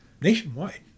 nationwide